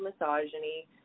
misogyny